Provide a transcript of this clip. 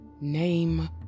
name